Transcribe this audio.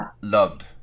loved